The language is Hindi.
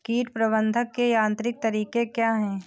कीट प्रबंधक के यांत्रिक तरीके क्या हैं?